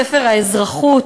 ספר האזרחות,